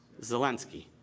Zelensky